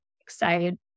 excited